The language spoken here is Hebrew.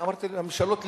אמרתי "הממשלות לדורותיהן",